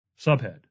Subhead